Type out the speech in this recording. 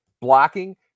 blocking